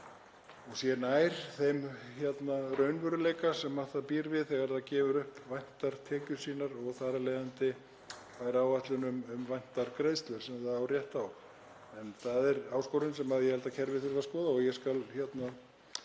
sé nær þeim raunveruleika sem það býr við þegar það gefur upp væntar tekjur sínar og um leið nær áætlun um væntar greiðslur sem það á rétt á. Það er áskorun sem ég held að kerfið þurfi að skoða. Ég skal taka